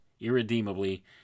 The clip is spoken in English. irredeemably